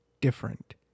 different